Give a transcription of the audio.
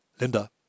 Linda